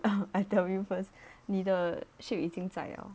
I tell him first 你的 shape 已经再了